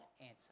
answer